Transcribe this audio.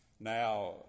Now